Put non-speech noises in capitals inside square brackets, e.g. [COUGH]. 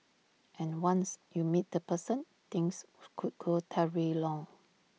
and once you meet that person things [NOISE] could go Terry long